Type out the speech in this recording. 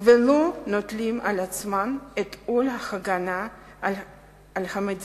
ולא נוטלים על עצמם את עול ההגנה על המדינה,